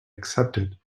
accepted